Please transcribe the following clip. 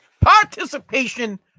Participation